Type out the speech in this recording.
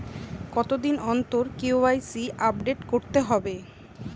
কতদিন অন্তর KYC update করতে হবে?